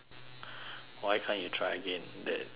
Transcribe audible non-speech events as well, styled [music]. why can't you try again that [noise]